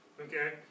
Okay